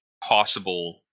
possible